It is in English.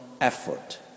effort